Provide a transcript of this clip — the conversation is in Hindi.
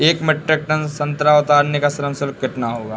एक मीट्रिक टन संतरा उतारने का श्रम शुल्क कितना होगा?